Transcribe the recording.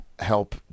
help